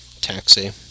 Taxi